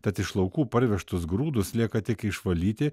tad iš laukų parvežtus grūdus lieka tik išvalyti